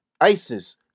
ISIS